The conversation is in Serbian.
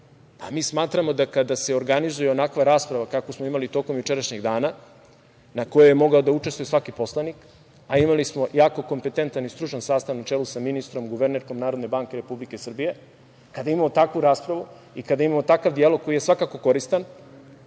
mi smatramo da kada se organizuje onakva rasprava kakvu smo imali tokom jučerašnjeg dana, na kojoj je mogao da učestvuje svaki poslanik, a imali smo jako kompetentan i stručan sastanak na čelu sa ministrom, guvernerkom Narodne banke Republike Srbije, kada imamo takvu raspravu i kada imamo takva dijalog koji je svakako koristan,